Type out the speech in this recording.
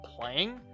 playing